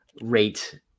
rate